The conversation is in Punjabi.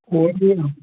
ਹੋਰ ਵੀ ਹੈਗਾ